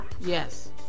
Yes